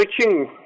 switching